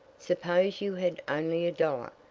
suppose you had only a dollar,